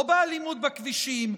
לא באלימות בכבישים,